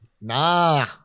Nah